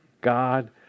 God